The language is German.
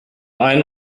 einen